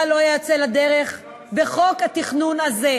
לא היה יוצא לדרך בחוק התכנון והבנייה